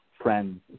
friends